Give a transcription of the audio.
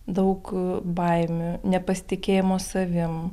daug baimių nepasitikėjimo savim